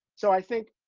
so, i think,